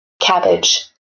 cabbage